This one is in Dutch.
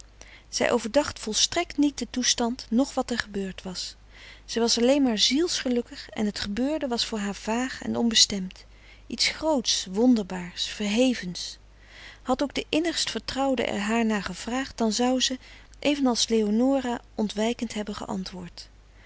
zij overdacht volstrekt niet den toestand noch wat er gebeurd was zij was alleen maar ziels gelukkig en het gebeurde was voor haar vaag en onbestemd iets groots wonderbaars verhevens had ook de innigst vertrouwde er haar naar gevraagd dan zou ze evenals leonora ontwijkend hebben geantwoord